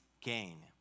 gain